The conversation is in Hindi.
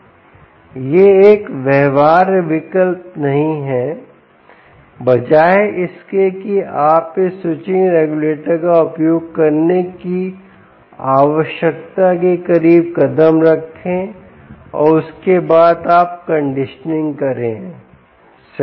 यह एक व्यवहार्य विकल्प नहीं है बजाय इसके कि आप इस स्विचिंग रेगुलेटर का उपयोग करने की आवश्यकता के करीब कदम रखें और उसके बाद आप कंडीशनिंग करें सही